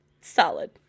solid